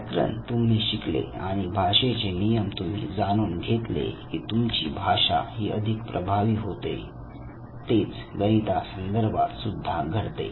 व्याकरण तुम्ही शिकले आणि भाषेचे नियम तुम्ही जाणून घेतले की तुमची भाषा ही अधिक प्रभावी होते तेच गणिता संदर्भात सुद्धा घडते